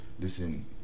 listen